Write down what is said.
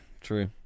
true